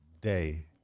Day